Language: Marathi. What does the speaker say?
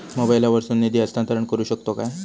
मोबाईला वर्सून निधी हस्तांतरण करू शकतो काय?